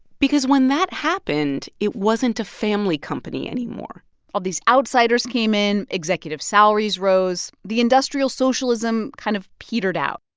because when that happened, it wasn't a family company anymore all these outsiders came in. executive salaries rose. the industrial socialism kind of petered out.